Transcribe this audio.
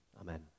Amen